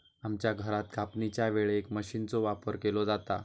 आमच्या घरात कापणीच्या वेळेक मशीनचो वापर केलो जाता